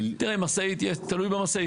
תראה, תלוי במשאית.